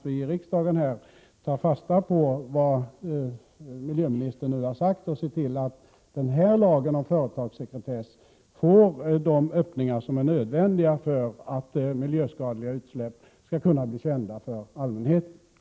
Vi i riksdagen får ta fasta på vad miljöministern nu har sagt och under höstsessionen se till att lagen om företagssekretess får de öppningar som är nödvändiga för att miljöskadliga utsläpp skall komma till allmänhetens kännedom.